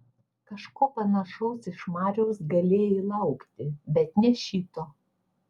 kažko panašaus iš mariaus galėjai laukti bet ne šito